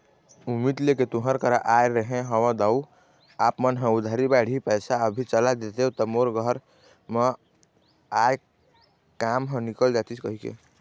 उम्मीद लेके तुँहर करा आय रहें हँव दाऊ आप मन ह उधारी बाड़ही पइसा अभी चला देतेव त मोर घर म आय काम ह निकल जतिस कहिके